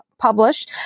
publish